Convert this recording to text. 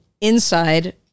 inside